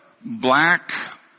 black